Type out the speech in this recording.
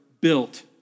built